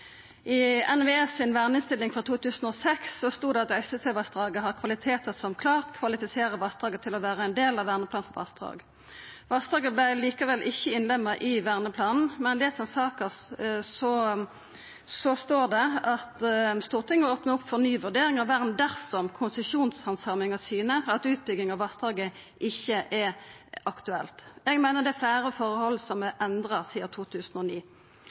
I NVE si innstilling frå 2006 stod det at Øystesevassdraget har «kvaliteter som klart kvalifiserer vassdraget til å være en del av verneplan for vassdrag». Vassdraget vart likevel ikkje innlemma i verneplanen, men i saka står det at Stortinget opnar opp for ny vurdering av vern dersom konsesjonshandsaminga syner at utbygging av vassdraget ikkje er aktuelt. Eg meiner det er fleire forhold som er endra sidan 2009.